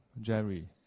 Jerry